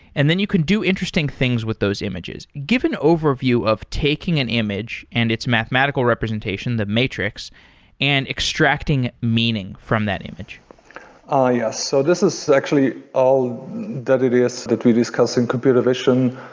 and then you can do interesting things with those images. give an overview of taking an image and its mathematical representation, the matrix and extracting meaning from that image ah yes. so this is actually all that it is that we discuss in computer vision,